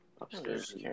Upstairs